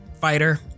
fighter